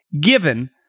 given